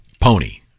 pony